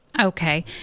Okay